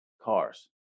Cars